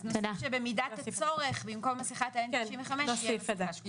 אז נוסיף שבמידת הצורך במקום מסיכת ה- N-95תהיה מסיכה שקופה.